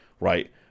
right